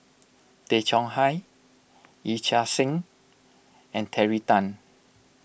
Tay Chong Hai Yee Chia Hsing and Terry Tan